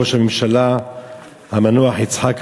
ראש הממשלה המנוח יצחק רבין,